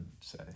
say